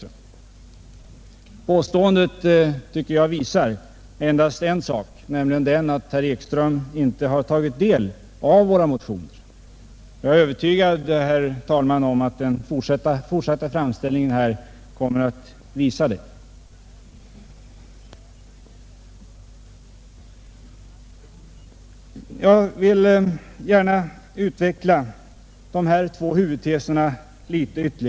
Det påståendet visar endast en sak, nämligen att herr Ekström inte har tagit del av våra motioner. Jag är, herr talman, övertygad om att den fortsatta framställningen kommer att visa det. Jag vill gärna ytterligare något utveckla dessa två huvudteser.